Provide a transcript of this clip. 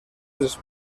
dels